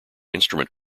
instrument